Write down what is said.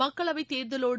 மக்களவைத்தேர்தலோடு